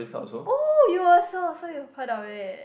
oh you also so you heard of it